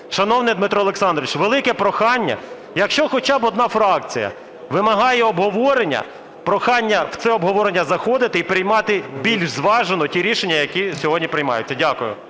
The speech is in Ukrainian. шановний Дмитро Олександрович, велике прохання, якщо хоча б одна фракція вимагає обговорення, прохання в це обговорення заходити і приймати більш зважено ті рішення, які сьогодні приймаються. Дякую.